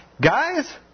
guys